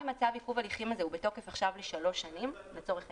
גם אם צו עיכוב ההליכים הזה הוא בתוקף לשלוש שנים למשל,